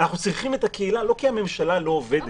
אנחנו צריכים את הקהילה לא כי הממשלה לא עובדת,